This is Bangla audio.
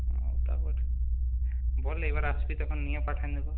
হ্যাঁ তা বটে বলে এ বার আসবি তখন নিয়ে পাঠিয়ে দেব